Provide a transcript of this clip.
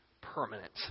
permanent